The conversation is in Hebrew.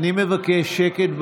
אני מבקש שקט באולם.